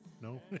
no